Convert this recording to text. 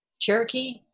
Cherokee